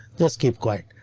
just keep quiet.